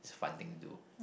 it's a fun thing to